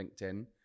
LinkedIn